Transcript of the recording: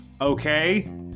Okay